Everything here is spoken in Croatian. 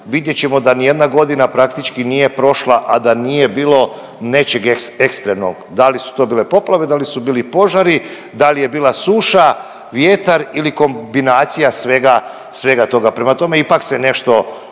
vidjet ćemo da nijedna godina praktički nije prošla, a da nije bilo nečeg ekstremnog, da li su to bile poplave, da li su bili požari, da li je bila suša, vjetar ili kombinacija svega, svega toga. Prema tome ipak se nešto,